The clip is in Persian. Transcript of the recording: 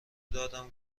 دادم